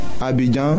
Abidjan